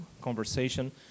conversation